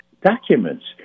documents